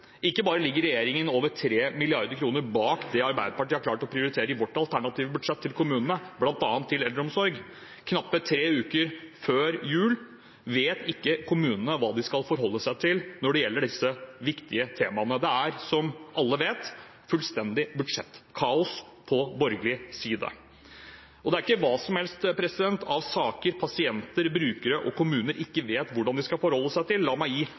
Ikke bare ligger regjeringen over 3 mrd. kr bak det vi i Arbeiderpartiet har klart å prioritere i vårt alternative budsjett til kommunene, bl.a. til eldreomsorg. Knappe tre uker før jul vet ikke kommunene hva de skal forholde seg til når det gjelder disse viktige temaene. Det er, som alle vet, fullstendig budsjettkaos på borgerlig side. Og det er ikke hva som helst av saker pasienter, brukere og kommuner ikke vet hvordan de skal forholde seg til. La meg